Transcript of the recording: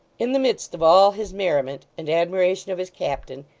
in the midst of all his merriment, and admiration of his captain,